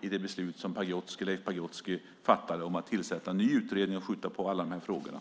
det beslut som Leif Pagrotsky fattade om att tillsätta en ny utredning och skjuta på alla frågorna.